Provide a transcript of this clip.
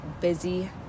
busy